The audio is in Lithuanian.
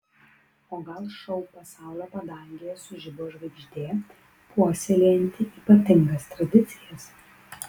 o gal šou pasaulio padangėje sužibo žvaigždė puoselėjanti ypatingas tradicijas